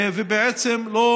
ובעצם לא